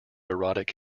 erotic